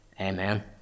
Amen